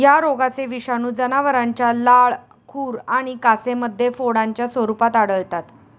या रोगाचे विषाणू जनावरांच्या लाळ, खुर आणि कासेमध्ये फोडांच्या स्वरूपात आढळतात